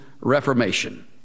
Reformation